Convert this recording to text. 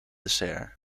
dessert